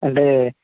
అంటే